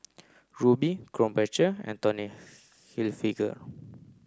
Rubi Krombacher and Tommy Hilfiger